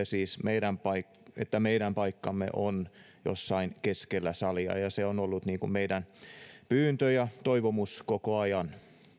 siis sen että meidän paikkamme on jossain keskellä salia ja se on ollut meidän pyyntömme ja toivomuksemme koko ajan